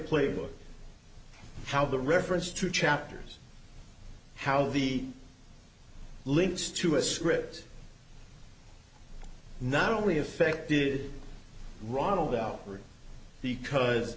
playbook how the reference to chapters how the links to a script not only affected ronald out because